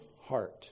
heart